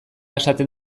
esaten